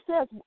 says